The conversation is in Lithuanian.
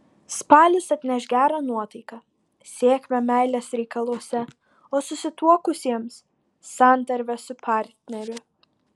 spalis atneš gerą nuotaiką sėkmę meilės reikaluose o susituokusiems santarvę su partneriu